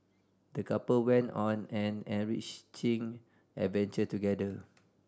the couple went on an enriching adventure together